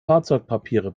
fahrzeugpapiere